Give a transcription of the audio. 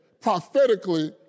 prophetically